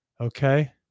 okay